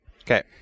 Okay